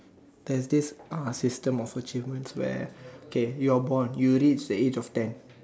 there's this uh system of achievements where K you are born you reach the age of ten